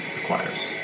requires